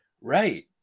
Right